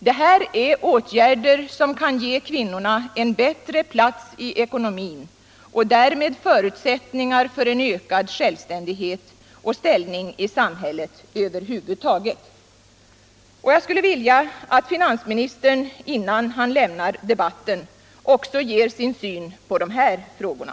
Detta är åtgärder som kan ge kvinnorna en bättre plats i ekonomin och därmed förutsättningar för en ökad självständighet och bättre ställning i samhället över huvud taget. Jag skulle vilja att finansministern innan han lämnar debatten ger sin syn också på de här frågorna.